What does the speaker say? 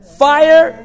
fire